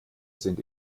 sind